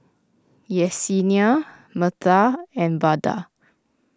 Yessenia Metha and Vada